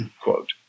quote